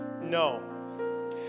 no